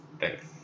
thanks